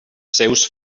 seus